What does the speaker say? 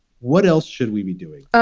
what else should we be doing?